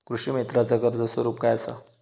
कृषीमित्राच कर्ज स्वरूप काय असा?